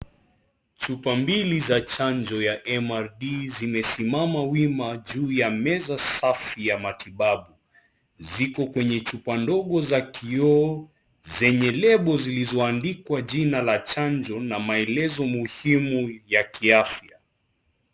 Chupa mbiliza chanjo ya MRD zimesimama wima juu ya meza safi za matibabu, ziko kwenye chupa ndogo ya kioo zenye label zilizoandikwa jina la chanjo na maelezo muhimu ya kiafya.